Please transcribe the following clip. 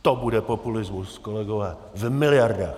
To bude populismus, kolegové, v miliardách!